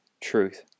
truth